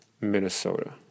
minnesota